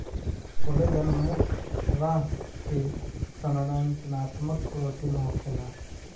collagen मुख्य तरह के संरचनात्मक प्रोटीन होखेला